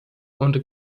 und